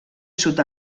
sud